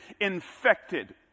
infected